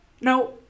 no